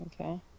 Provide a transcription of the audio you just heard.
Okay